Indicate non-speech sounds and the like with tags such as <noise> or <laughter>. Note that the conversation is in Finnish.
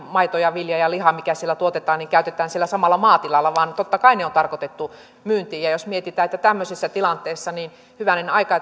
maito vilja ja liha mikä siellä tuotetaan käytetään siellä samalla maatilalla vaan totta kai ne on tarkoitettu myyntiin jos mietitään että tämmöisessä tilanteessa hyvänen aika <unintelligible>